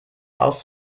aus